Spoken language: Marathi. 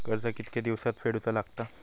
कर्ज कितके दिवसात फेडूचा लागता?